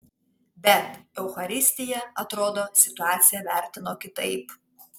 bet eucharistija atrodo situaciją vertino kitaip